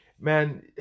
Man